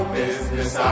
business